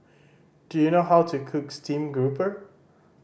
do you know how to cook stream grouper